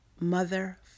mother